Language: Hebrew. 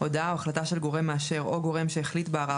הודעה או החלטה של גורם מאשר או גורם שהחליט בערר